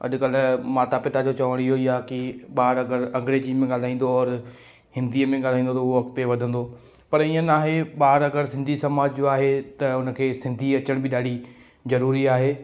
अॼु कल्ह माता पिता जो चवणु इहो ई आहे कि ॿार अगरि अंग्रेजी में ॻाल्हाईंदो और हिंदीअ में ॻाल्हाईंदो त उहो अॻिते वधंदो पर ईअं नाहे ॿार अगरि सिंधी समाज जो आहे त उन खे सिंधी अचण बि ॾाढी ज़रूरी आहे